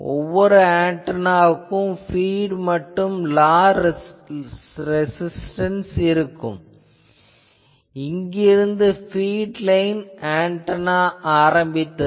ஒவ்வொரு ஆன்டெனாவுக்கும் பீட் மற்றும் லாஸ் ரெசிஸ்டன்ஸ் இருக்கும் இங்கிருந்து பீட் லைன் ஆன்டெனா ஆரம்பித்தது